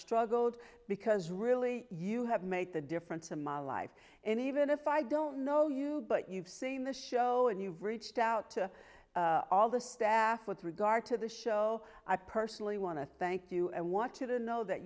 struggled because really you have made the difference in my life and even if i don't know you but you've seen the show and you've reached out to all this bath with regard to the show i personally want to thank you and want you to know that